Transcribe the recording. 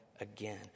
again